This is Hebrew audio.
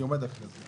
אני עומד מאחורי זה.